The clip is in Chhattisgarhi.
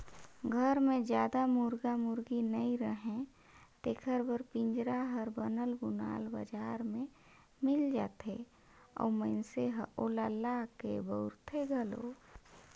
घर मे जादा मुरगा मुरगी नइ रहें तेखर बर पिंजरा हर बनल बुनाल बजार में मिल जाथे अउ मइनसे ह ओला लाके बउरथे घलो